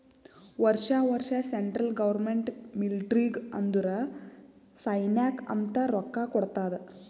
ವರ್ಷಾ ವರ್ಷಾ central government ಮಿಲ್ಟ್ರಿಗ್ ಅಂದುರ್ ಸೈನ್ಯಾಕ್ ಅಂತ್ ರೊಕ್ಕಾ ಕೊಡ್ತಾದ್